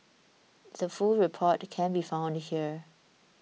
the full report can be found here